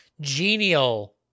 genial